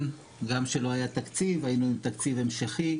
גם כשלא היה תקציב היינו עם תקציב המשכי,